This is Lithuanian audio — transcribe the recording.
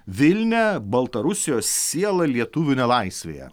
vilnia baltarusijos siela lietuvių nelaisvėje